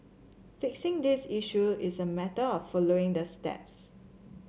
fixing these issue is a matter of following the steps